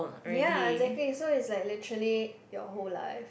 ya exactly so it's like literally your whole life